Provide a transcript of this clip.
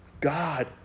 God